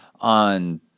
on